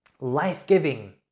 life-giving